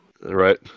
Right